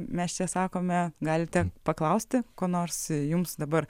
mes čia sakome galite paklausti ko nors jums dabar